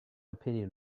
opinion